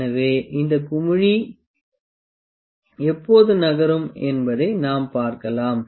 எனவே இந்த குமிழி எப்போது நகரும் என்பதை நாம் பார்க்கலாம்